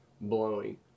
blowing